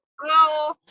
Hello